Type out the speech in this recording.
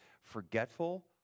forgetful